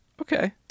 Okay